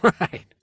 Right